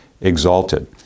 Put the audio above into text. exalted